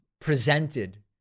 presented